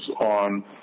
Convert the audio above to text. on